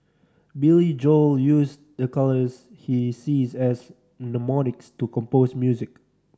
Billy Joel use the colours he sees as mnemonics to compose music